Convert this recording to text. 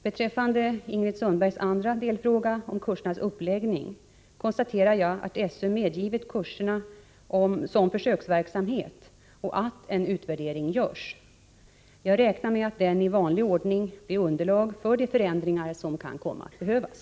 Beträffande Ingrid Sundbergs andra delfråga om kursernas uppläggning konstaterar jag att SÖ medgivit kurserna som försöksverksamhet och att en utvärdering görs. Jag räknar med att den i vanlig ordning blir underlag för de förändringar som kan komma att behövas.